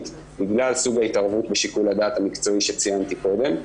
בגלל ההתערבות בשיקול הדעת המקצועי שציינתי קודם,